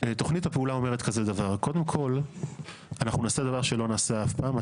תוכנית הפעולה אומרת כזה דבר: קודם כל אנחנו נעשה דבר שלא נעשה אף פעם.